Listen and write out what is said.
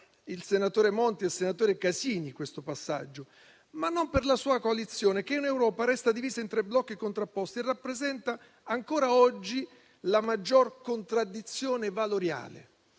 il senatore Monti e il senatore Casini - ma non per la sua coalizione, che in Europa resta divisa in tre blocchi contrapposti e rappresenta ancora oggi la maggiore contraddizione valoriale,